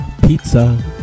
Pizza